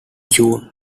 june